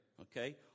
Okay